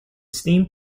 steam